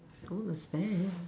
what was that